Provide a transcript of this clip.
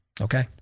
okay